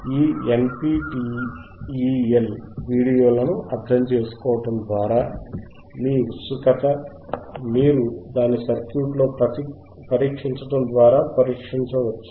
ఈ NPTEL వీడియోలను అర్థం చేసుకోవడం ద్వారా మీ ఉత్సుకత మీరు దాన్ని సర్క్యూట్లో పరీక్షించడం ద్వారా పరిష్కరించవచ్చు